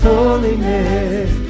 Holiness